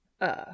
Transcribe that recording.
Uh